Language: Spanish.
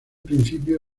principio